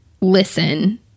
listen